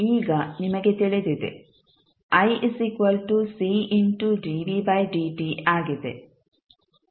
ಈಗ ನಿಮಗೆ ತಿಳಿದಿದೆ ಆಗಿದೆ